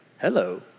Hello